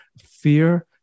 fear